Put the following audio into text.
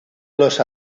los